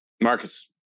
Marcus